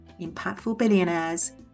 impactfulbillionaires